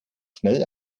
schnell